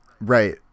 Right